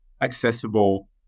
accessible